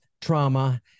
trauma